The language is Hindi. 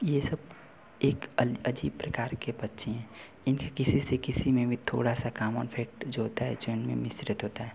ये सब एक अल अजीब प्रकार के पक्षी हैं इनके किसी से किसी में भी थोड़ा सा कामन इफ़ेक्ट जो होता है जो इनमें मिश्रित होता है